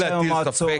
תמיד אפשר להטיל ספק.